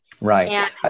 Right